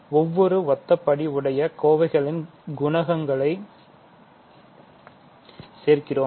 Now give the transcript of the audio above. ஒவ்வொரு ஒத்த படி உடைய கோவைகளின் குணகங்களை சேர்க்கிறோம்